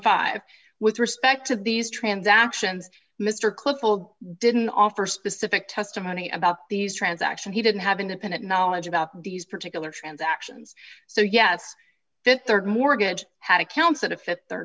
five with respect to these transactions mr klippel didn't offer specific testimony about these transactions he didn't have independent knowledge about these particular transactions so yes that their mortgage had accounts that affect their